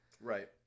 Right